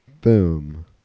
Boom